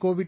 Covid